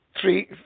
three